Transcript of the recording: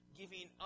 giving